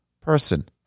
person